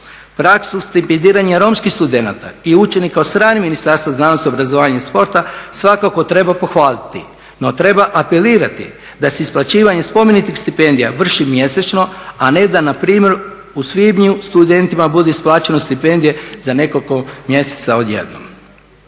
Praksu stipendiranja romskih studenata i učenika od strane Ministarstva znanosti, obrazovanja i sporta svakako treba pohvaliti. No, treba apelirati da se isplaćivanjem spomenutih stipendija vrši mjesečno, a ne da na primjer u svibnju studentima bude isplaćene stipendije za nekoliko mjeseca odjednom.